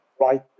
right